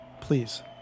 please